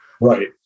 Right